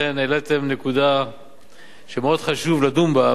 אכן העליתם נקודה שמאוד חשוב לדון בה,